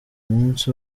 munsi